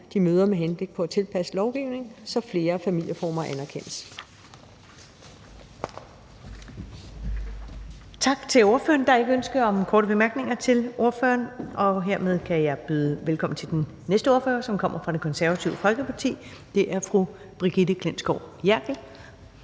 de møder, med henblik på at tilpasse lovgivningen, så flere familieformer anerkendes. Kl. 19:16 Første næstformand (Karen Ellemann): Tak til ordføreren. Der er ikke ønske om korte bemærkninger til ordføreren, og hermed kan jeg byde velkommen til den næste ordfører, som kommer fra Det Konservative Folkeparti, og det er fru Brigitte Klintskov Jerkel.